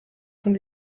von